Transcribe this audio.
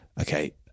Okay